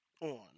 on